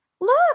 Look